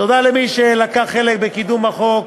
תודה למי שלקח חלק בקידום החוק,